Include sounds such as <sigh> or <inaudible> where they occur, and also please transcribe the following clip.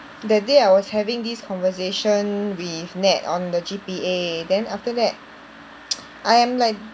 that day I was having this conversation with Nat on the G_P_A then after that <noise> I am like